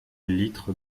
litres